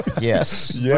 yes